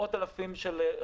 הבוקר חבר הכנסת סובה היה שם.